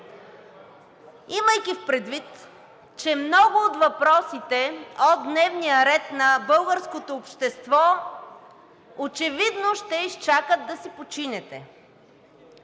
Имайки предвид че много от въпросите от дневния ред на българското общество очевидно ще изчакат да си починете.